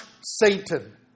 Satan